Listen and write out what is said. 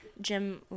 jim